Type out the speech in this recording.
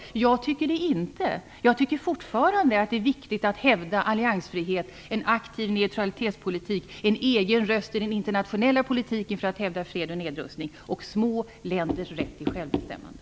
Själv tycker jag inte det, utan jag tycker fortfarande att det är viktigt att hävda alliansfriheten, en aktiv neutralitetspolitik och den egna rösten i den internationella politiken för att hävda fred och nedrustning samt små länders rätt till självbestämmande.